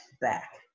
back